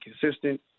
consistent